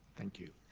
thank you.